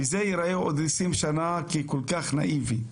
וזה ייראה בעוד 20 שנה ככל כך נאיבי.